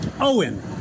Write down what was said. owen